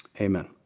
Amen